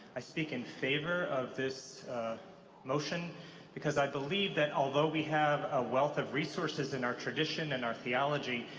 i speak in favor of this motion because i believe that although we have a wealth of resources in our tradition and our theology,